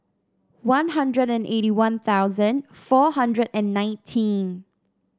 One Hundred and eighty One Thousand four hundred and nineteen